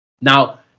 Now